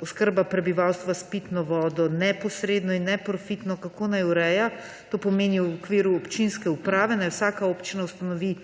Oskrba prebivalstva v pitno vodo neposredno in neprofitno, kako naj se to ureja, pomeni, v okviru občinske uprave naj vsaka občina ustanovi